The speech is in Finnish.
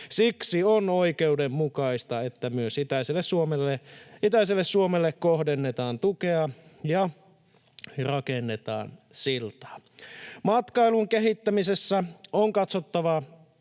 Siksi on oikeudenmukaista, että myös itäiselle Suomelle kohdennetaan tukea ja rakennetaan siltaa. Matkailun kehittämisessä on katsottava